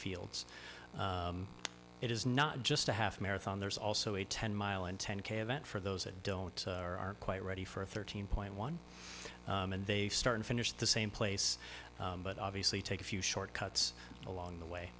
fields it is not just a half marathon there's also a ten mile and ten k event for those that don't are quite ready for a thirteen point one and they start and finish the same place but obviously take a few short cuts along the